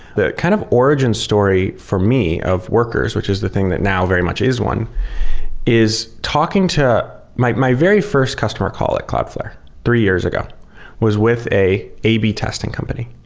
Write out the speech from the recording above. the kind of origin story for me of workers, which is the thing that now very much is one is talking to my my very first customer call at cloudflare three years ago was with an a b testing company,